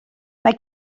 mae